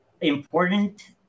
important